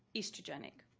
estrogenic,